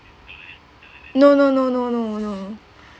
no no no no no no